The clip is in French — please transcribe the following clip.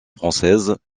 françaises